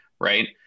right